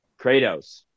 Kratos